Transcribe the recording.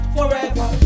Forever